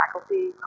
faculty